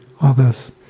others